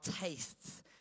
tastes